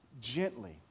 gently